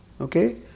okay